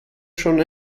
schon